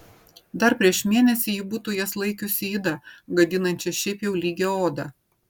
dar prieš mėnesį ji būtų jas laikiusi yda gadinančia šiaip jau lygią odą